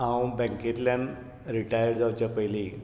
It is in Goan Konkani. हांव बॅंकेंतल्यान रिटायर्ड जावच्या पयलीं